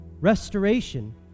Restoration